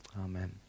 Amen